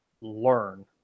learn